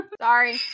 Sorry